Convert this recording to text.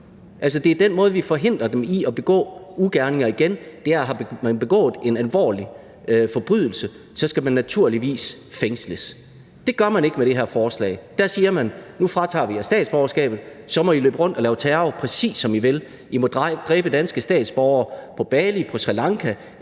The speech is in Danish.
Det er den måde, vi forhindrer dem i at begå ugerninger igen. Har man begået en alvorlig forbrydelse, skal man naturligvis fængsles. Det gør man ikke med det her forslag – der siger man: Nu fratager vi jer statsborgerskabet, og så må I løbe rundt og udøve terror, præcis som I vil; I må dræbe danske statsborgere på Bali, på Sri Lanka